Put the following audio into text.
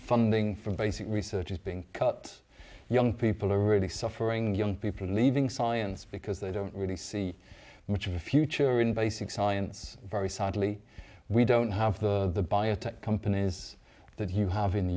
funding for basic research is being cut young people are really suffering young people leaving science because they don't really see much of a future in basic science very sadly we don't have the biotech companies that you have in the